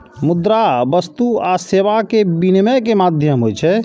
मुद्रा वस्तु आ सेवा के विनिमय के माध्यम होइ छै